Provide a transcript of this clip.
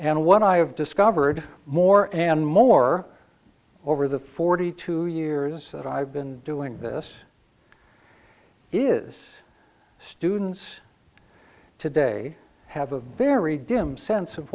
and what i've discovered more and more over the forty two years that i've been doing this is students today have a very dim sense of